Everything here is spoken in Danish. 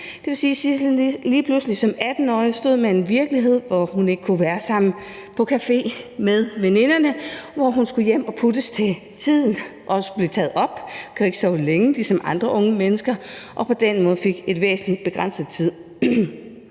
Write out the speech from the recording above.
at Sidsel lige pludselig som 18-årig stod med en virkelighed, hvor hun ikke kunne være sammen med veninderne på café, og hvor hun skulle hjem og puttes til tiden. Hun blev også taget op og kunne ikke sove længe ligesom andre unge mennesker, og hun fik på den måde en væsentligt begrænset tid.